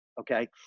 Okay